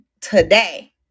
today